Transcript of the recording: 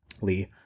Lee